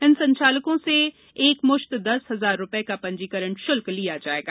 इन संचालकों से एकमुश्त दस हजार रुपये का पंजीकरण शुल्क लिया जाएगा